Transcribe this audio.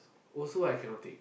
also I cannot take